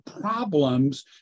problems